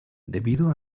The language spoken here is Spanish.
debido